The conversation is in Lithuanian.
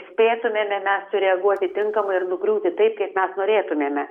spėtumėme mes sureaguoti tinkamai ir nugriūti taip kaip mes norėtumėme